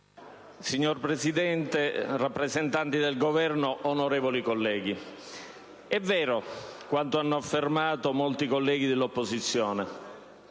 Signor Presidente, rappresentanti del Governo, onorevoli colleghi, è vero quanto hanno affermato molti colleghi dell'opposizione: